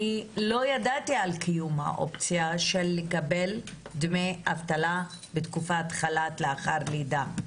אני לא ידעתי על קיום האופציה של לקבל דמי אבטלה בתקופת חל"ת לאחר לידה.